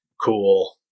cool